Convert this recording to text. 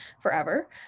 forever